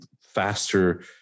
Faster